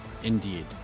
Indeed